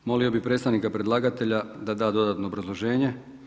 Molio bi predstavnika predlagatelja da dodatno obrazloženje.